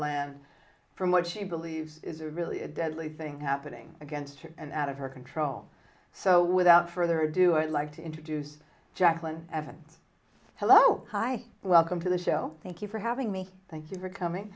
land from what she believes is a really a deadly thing happening against her and out of her control so without further ado i'd like to introduce jacqueline evans hello hi welcome to the show thank you for having me thank you for coming